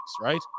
right